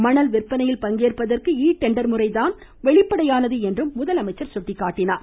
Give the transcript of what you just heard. மணல் விற்பனையில் பங்கேற்பதற்கு டெண்டர் இ தான் வெளிப்படையானது என்றும் அவர் சுட்டிக்காட்டினார்